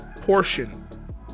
portion